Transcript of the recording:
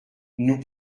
nous